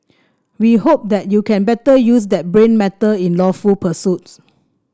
we hope that you can better use that brain matter in lawful pursuits